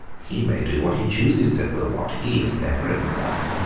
he may do what he chooses, said wilmot he is never in the wrong.